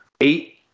Eight